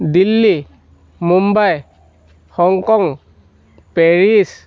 Delhi Mumbai Hong Kong Paris